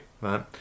right